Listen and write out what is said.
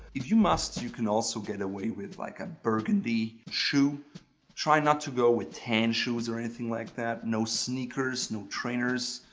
if you must, you can also get away with like ah burgundy, try not to go with tan shoes or anything like that. no sneakers, no trainers,